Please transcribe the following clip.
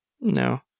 No